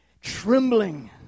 trembling